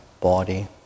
body